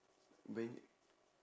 when